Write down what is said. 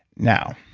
now,